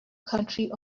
country